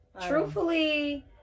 truthfully